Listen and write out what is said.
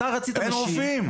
אתה רצית נשים,